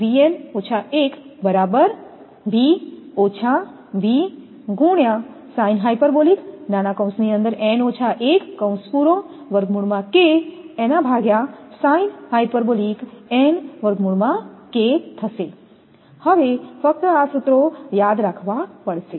હવે ફક્ત આ સૂત્રો યાદ રાખવા પડશે